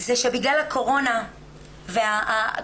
היא שבגלל הקורונה והרצון,